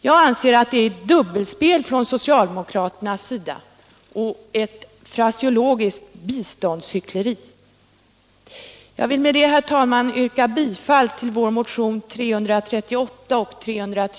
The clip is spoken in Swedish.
Jag anser att det är ett dubbelspel från socialdemokraternas sida och ett fraseologiskt biståndshyckleri. Internationellt utvecklingssamar